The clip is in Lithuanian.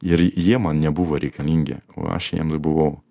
ir jie man nebuvo reikalingi o aš jiems buvau